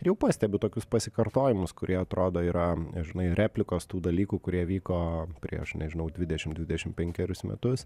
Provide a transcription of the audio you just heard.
jau pastebiu tokius pasikartojimus kurie atrodo yra žinai replikos tų dalykų kurie vyko prieš nežinau dvidešim dvidešim penkerius metus